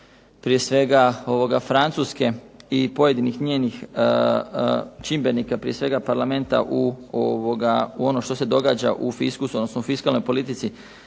prije svega Francuske i pojedinih njenih čimbenika, prije svega parlamenta u ono što se događa u fiskusu, odnosno